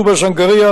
בטובא-זנגרייה,